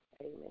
Amen